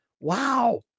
Wow